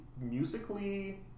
musically